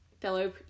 fellow